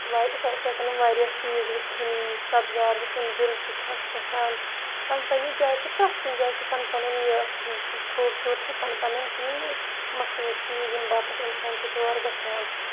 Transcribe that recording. واریاہ یِتھٕے یِتھٕے کٔنۍ وارِیاہ چیٖز وُچھِنۍ سَبزار وُچھُن دِل چھُ خۄش گَژھان پَنٕنہِ پَنٕنہِ جایہِ چھِ پرٛتھ کُنہِ جایہِ پَنُن پَنُن یہِ خوبصوٗرتی پَنٕنۍ پَنٕنۍ کہِ مَشہوٗر چیٖز ییٚمہِ باپَتھ اِنسان چھِ تور گَژھان